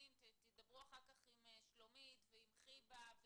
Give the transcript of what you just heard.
תדברו אחר כך עם שלומית ועם חיבה.